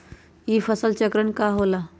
ई फसल चक्रण का होला?